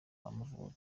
w’amavubi